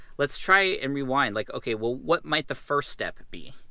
let's try and rewind, like, okay, well, what might the first step be?